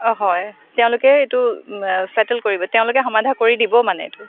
অঁ হয় তেওঁলোকে এইটো ছেটেল কৰিব তেওঁলোকে সমাধা কৰি দিব মানে এইটো